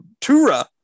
Tura